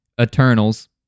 Eternals